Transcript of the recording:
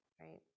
right